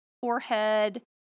forehead